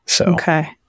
Okay